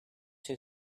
too